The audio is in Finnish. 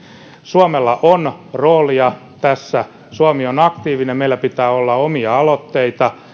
suomella on roolia tässä suomi on aktiivinen meillä pitää olla omia aloitteita